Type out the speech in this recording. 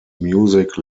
music